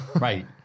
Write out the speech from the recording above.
Right